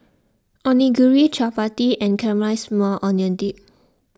Onigiri Chapati and Caramelized Maui Onion Dip